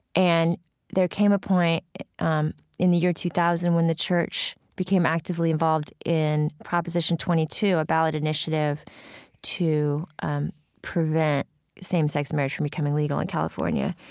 and there came a point um in the year two thousand when the church became actively involved in proposition twenty two, a ballot initiative to prevent same-sex marriage from becoming legal in california.